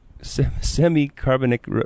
semi-carbonic